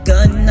Gun